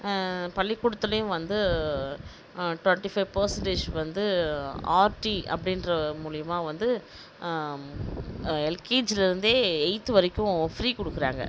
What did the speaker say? பள்ளிக்கூடத்துலையும் வந்து twenty five percentage வந்து RT அப்படின்ற மூலயமா வந்து எல்கேஜியிலருந்தே எயித்து வரைக்கும் ஃப்ரீ கொடுக்குறாங்க